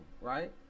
right